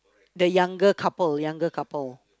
the younger couple younger couple